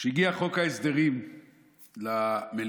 כשהגיע חוק ההסדרים למליאה